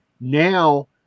now